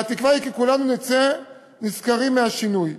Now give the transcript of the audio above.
והתקווה היא כי כולנו נצא נשכרים מהשינוי.